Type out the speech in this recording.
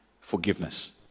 forgiveness